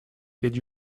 did